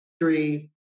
three